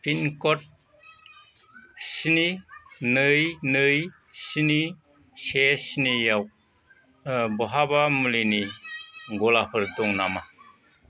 पिनकड स्नि नै नै स्नि से स्निआव ओह बहाबा मुलिनि गलाफोर दं नामा